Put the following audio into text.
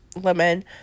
Lemon